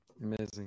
amazing